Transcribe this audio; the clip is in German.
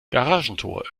garagentor